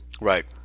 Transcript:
Right